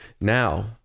now